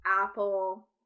Apple